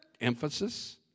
Emphasis